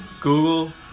Google